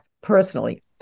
personally